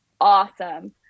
awesome